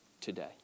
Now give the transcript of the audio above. today